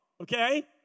okay